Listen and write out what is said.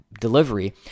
delivery